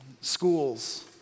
schools